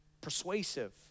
persuasive